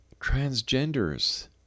transgenders